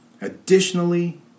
Additionally